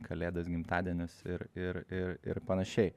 kalėdas gimtadienius ir ir ir ir panašiai